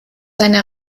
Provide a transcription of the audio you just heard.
seine